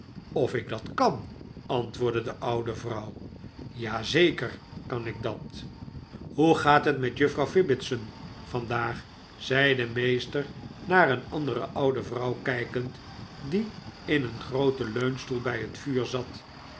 of ik dat kan antwoordde de oude vrouw ja zeker kan ik dat hoe gaat het met juffrouw fibbitspn vandaag zei de meester naar een andere oude vrouw kijkend die in een grooten leunstoel bij het vuur zat